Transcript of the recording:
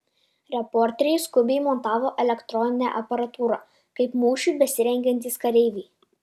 reporteriai skubiai montavo elektroninę aparatūrą kaip mūšiui besirengiantys kareiviai